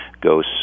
goes